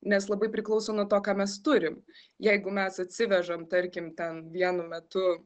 nes labai priklauso nuo to ką mes turim jeigu mes atsivežam tarkim ten vienu metu